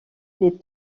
les